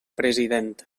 president